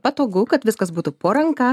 patogu kad viskas būtų po ranka